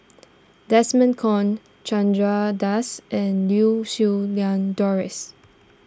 Desmond Kon Chandra Das and Liew Siew Lang Doris